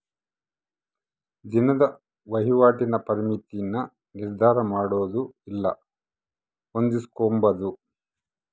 ದಿನದ ವಹಿವಾಟಿನ ಪರಿಮಿತಿನ ನಿರ್ಧರಮಾಡೊದು ಇಲ್ಲ ಹೊಂದಿಸ್ಕೊಂಬದು